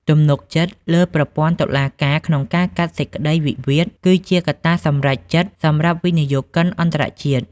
ទំនុកចិត្តលើប្រព័ន្ធតុលាការក្នុងការកាត់សេចក្តីវិវាទ គឺជាកត្តាសម្រេចចិត្តសម្រាប់វិនិយោគិនអន្តរជាតិ។